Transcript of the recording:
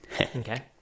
okay